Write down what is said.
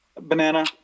Banana